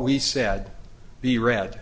we said we read